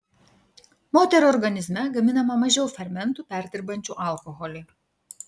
moterų organizme gaminama mažiau fermentų perdirbančių alkoholį